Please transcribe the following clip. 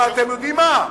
אבל אתם יודעים מה?